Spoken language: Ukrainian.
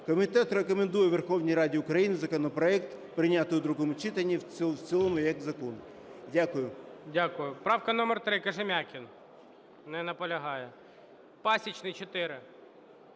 Комітет рекомендує Верховній Раді України законопроект прийняти в другому читанні, в цілому як закон. Дякую.